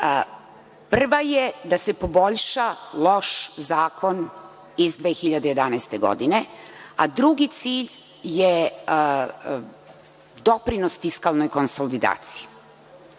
je da se poboljša loš zakon iz 2011. godine, a drugi cilj je doprinos fiskalnoj konsolidaciji. Sada,